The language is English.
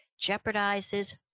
jeopardizes